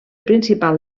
principal